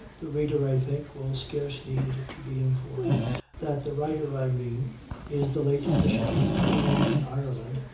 the reader, i think, will scarce need to be informed that the writer i mean is the late bishop of cloyne, in ireland,